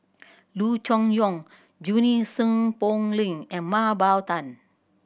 Loo Choon Yong Junie Sng Poh Leng and Mah Bow Tan